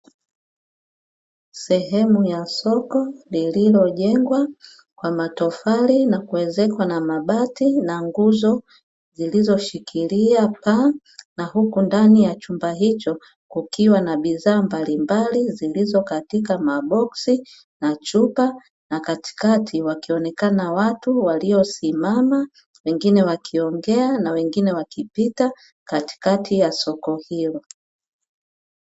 Sehemu ya soko lililojegwa kwa matofali na kuezekwa na mabati na nguzo zilizoshikilia paa na huku ndani ya chumba hicho kukiwa na bidhaa mbalimbali zilizo katika maboksi na chupa, na katikati wakionekana watu walio simama wengine wakiongea na wengine wakipita katikati ya soko hilo.